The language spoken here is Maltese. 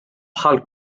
bħal